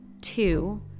two